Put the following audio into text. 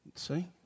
See